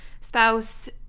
spouse